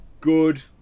good